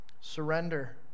Surrender